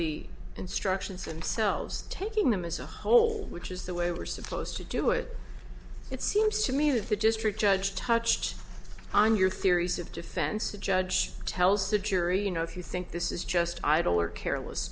the instructions and selves taking them as a whole which is the way we're supposed to do it it seems to me that the district judge touched on your theories of defense the judge tells the jury if you think this is just idle or careless